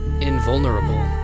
Invulnerable